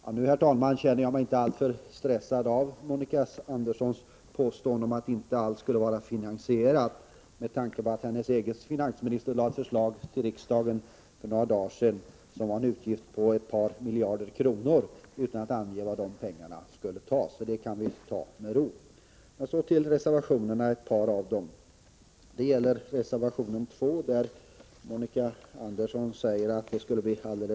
Men, herr talman, jag känner mig inte alltför stressad av Monica Anderssons påstående med tanke på att hennes egen finansminister för några dagar sedan presenterade riksdagen ett förslag som innebär en utgift på ett par miljarder kronor utan att ange var de pengarna skulle tas. Monica Anderssons påstående kan vi alltså ta med ro. Så till ett par av reservationerna. Det gäller till att börja med reservationen 2 om tillfällig föräldrapenning när dagbarnvårdares barn är sjukt.